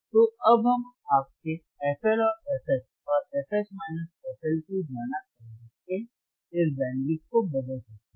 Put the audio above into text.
तो अब हम आपके fL और fH और fH fL की गणना करके इस बैंडविड्थ को बदल सकते हैं